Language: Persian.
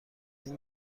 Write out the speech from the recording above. این